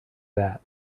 that